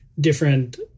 different